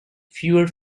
fewer